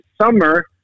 summer